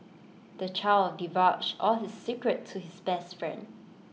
the child divulged all his secrets to his best friend